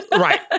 right